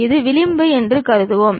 இது விளிம்பு என்று கருதுவோம்